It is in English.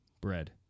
Bread